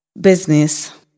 business